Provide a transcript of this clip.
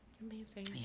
Amazing